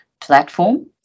platform